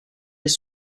des